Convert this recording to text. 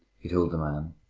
he told the man,